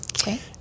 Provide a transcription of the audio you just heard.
okay